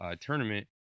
tournament